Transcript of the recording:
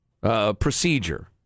procedure